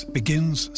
begins